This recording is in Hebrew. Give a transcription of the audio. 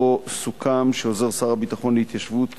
וסוכם בו שעוזר שר הביטחון להתיישבות